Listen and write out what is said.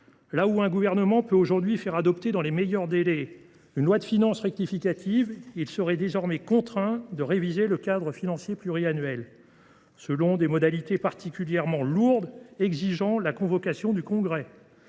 Quand un gouvernement peut aujourd’hui faire adopter dans les meilleurs délais une loi de finances rectificative, il serait désormais contraint de réviser le cadre financier pluriannuel, selon des modalités particulièrement lourdes exigeant la convocation du Congrès,